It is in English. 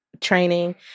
training